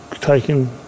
taken